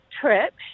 Trip